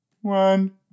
one